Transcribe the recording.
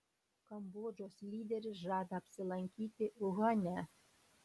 kambodžos lyderis žada apsilankyti uhane